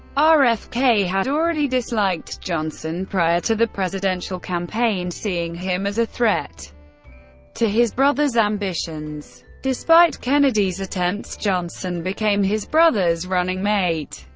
ah rfk had already disliked johnson prior to the presidential campaign, seeing him as a threat to his brother's ambitions. despite kennedy's attempts, johnson became his brother's running mate.